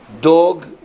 dog